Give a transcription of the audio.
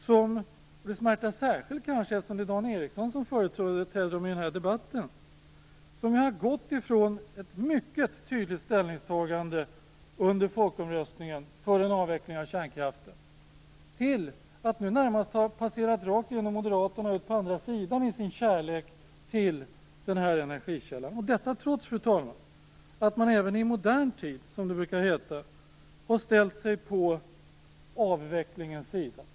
Det smärtar särskilt eftersom det är Dan Ericsson som företräder dem i den här debatten. De har gått ifrån ett mycket tydligt ställningstagande under folkomröstningen för en avveckling av kärnkraften till att nu närmast ha passerat rakt igenom Moderaterna och ut på andra sidan i sin kärlek till den här energikällan. Detta har man gjort, fru talman, trots att man även i modern tid har ställt sig på avvecklingens sida.